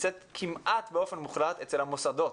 נמצאת כמעט באופן מוחלט אצל המוסדות.